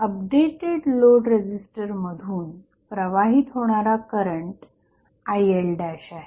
आता updated load resistor मधून प्रवाहित होणारा करंट IL' आहे